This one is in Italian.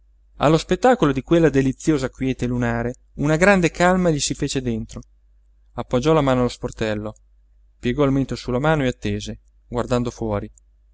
allo spettacolo di quella deliziosa quiete lunare una grande calma gli si fece dentro appoggiò la mano allo sportello piegò il mento sulla mano e attese guardando fuori